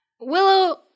Willow